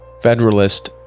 Federalist